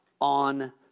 on